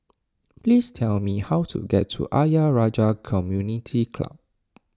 please tell me how to get to Ayer Rajah Community Club